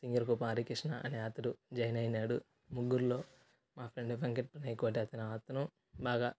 తింగర గోపి హరికృష్ణ అనే అతడు జాయిన్ అయినాడు ముగ్గురులో మా ఫ్రెండ్ వెంకట్ ప్రణయ్ కోటి అనే అతను బాగా